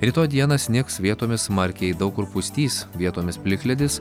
rytoj dieną snigs vietomis smarkiai daug kur pustys vietomis plikledis